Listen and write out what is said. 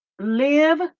live